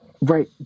right